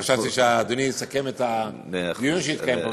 חשבתי שאדוני יסכם את הדיון שהתקיים פה,